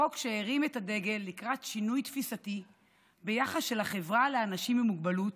חוק שהרים את הדגל לקראת שינוי תפיסתי ביחס של החברה לאנשים עם מוגבלות.